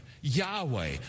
Yahweh